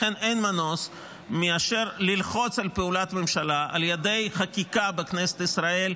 לכן אין מנוס מאשר ללחוץ לפעולת ממשלה על ידי חקיקה בכנסת ישראל,